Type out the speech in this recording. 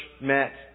met